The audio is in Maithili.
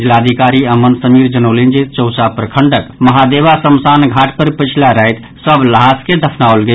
जिलाधिकारी अमन समीर जनौलनि जे चौसा प्रखंडक महादेवा शमशान घाट पर पछिला राति सभ ल्हाश के दफनाओल गेल